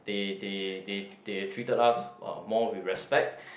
they they they they treated us uh more with respect